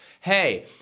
Hey